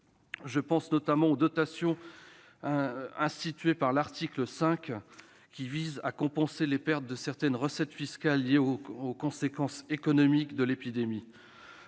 Je pense, notamment, à la dotation instituée par l'article 5, qui vise à compenser les pertes de certaines recettes fiscales liées aux conséquences économiques de l'épidémie.